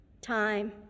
time